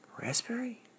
Raspberry